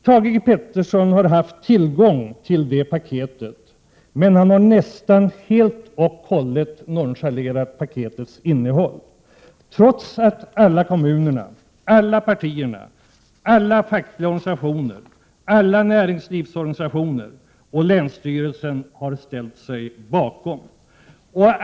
Thage G Peterson har haft tillgång till det paketet. Men han har nästan helt och hållet nonchalerat paketets innehåll, trots att alla kommuner, alla partier, alla fackliga organisationer, alla näringslivsorganisationer och länsstyrelsen har ställt sig bakom detta.